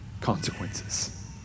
consequences